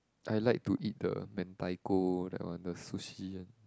I like to eat the mentaiko that one the sushi one